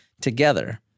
together